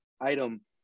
item